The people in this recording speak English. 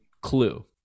clue